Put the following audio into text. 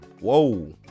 Whoa